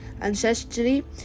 Ancestry